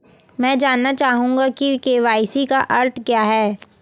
मैं जानना चाहूंगा कि के.वाई.सी का अर्थ क्या है?